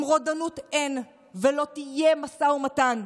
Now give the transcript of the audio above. עם רודנות אין ולא יהיה משא ומתן.